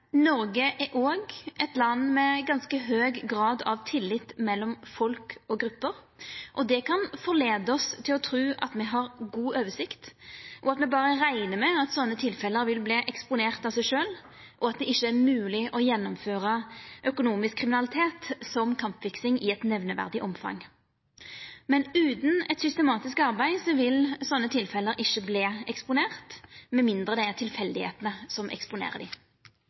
Noreg er òg eit land med ganske høg grad av tillit mellom folk og grupper, og det kan lura oss til å tru at me har god oversikt, at me berre reknar med at sånne tilfelle vil verta eksponerte av seg sjølve og at det ikkje er mogleg å gjennomføra økonomisk kriminalitet som kampfiksing i eit nemneverdig omfang. Men utan eit systematisk arbeid vil sånne tilfelle ikkje verta eksponerte, med mindre det er samantreff som eksponerer dei,